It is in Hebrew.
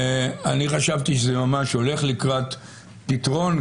אני חשבתי שזה ממש הולך לקראת פתרון,